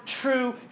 true